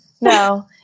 no